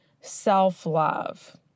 self-love